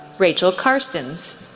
rachael carstens,